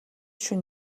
шөнө